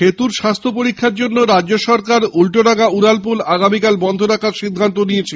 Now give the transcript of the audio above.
সেতুর স্বাস্থ্য পরীক্ষার জন্য রাজ্য সরকার উল্টোডাঙ্গা উড়ালপুল আগামীকাল বন্ধ রাখার সিদ্ধান্ত নিয়েছে